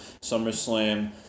SummerSlam